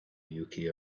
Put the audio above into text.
yuki